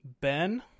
Ben